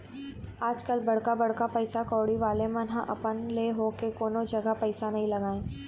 आजकल बड़का बड़का पइसा कउड़ी वाले मन ह अपन ले होके कोनो जघा पइसा नइ लगाय